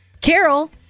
Carol